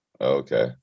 okay